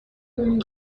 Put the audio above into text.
اون